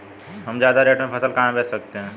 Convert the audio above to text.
हम ज्यादा रेट में फसल कहाँ बेच सकते हैं?